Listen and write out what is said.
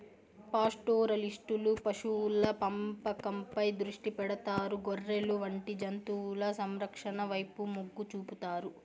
పాస్టోరలిస్టులు పశువుల పెంపకంపై దృష్టి పెడతారు, గొర్రెలు వంటి జంతువుల సంరక్షణ వైపు మొగ్గు చూపుతారు